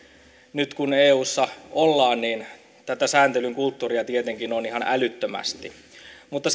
nyt kun eussa ollaan tätä sääntelyn kulttuuria tietenkin on ihan älyttömästi mutta